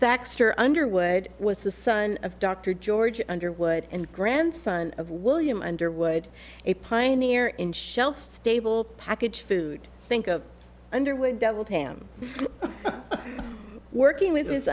baxter underwood was the son of dr george underwood and grandson of william underwood a pioneer in shelf stable packaged food think of underwood doubled him working with his